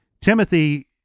Timothy